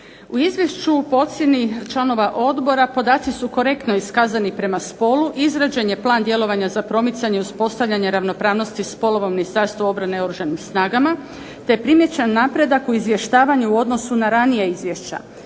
U izvješću po ocjeni članova odbora podaci su korektno iskazani prema spolu, izrađen je Plan djelovanja za promicanje i uspostavljanje ravnopravnosti spolova u Ministarstvu obrane i Oružanim snagama te je primijećen napredak u izvještavanju u odnosu na ranija izvješća,